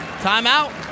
Timeout